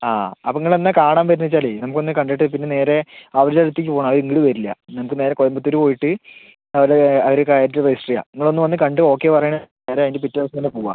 ആ അപ്പം നിങ്ങൾ എന്നാൽ കാണാൻ വരുന്നതെന്നു വച്ചാൽ നമുക്ക് ഒന്നു കണ്ടിട്ട് പിന്ന നേരെ അവരുടെ അടുത്തേക്ക് പോകണം അത് ഇങ്ങോട്ട് വരില്ല നമുക്ക് നേരെ കോയമ്പത്തൂർ പോയിട്ട് അവരെ അതിൽ കയറ്റി രജിസ്റ്റർ ചെയ്യാം നിങ്ങൾ ഒന്നു വന്ന് കണ്ട് ഓക്കെ പറയണ അത് അതിൻ്റെ പിറ്റെ ദിവസം തന്നെ പോവാം